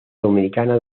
dominicana